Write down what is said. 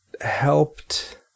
helped